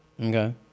Okay